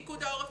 פיקוד העורף,